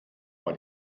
war